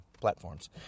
platforms